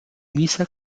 misa